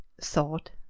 thought